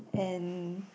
and